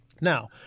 now